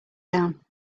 down